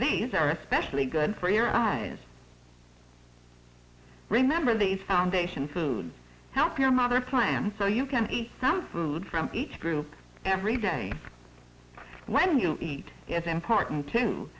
these are especially good for your eyes remember these foundation foods help your mother plan so you can eat some food from each group every day when you eat it is important to